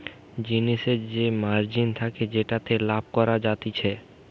জিনিসের যে মার্জিন থাকে যেটাতে লাভ করা যাতিছে